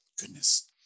Goodness